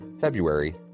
February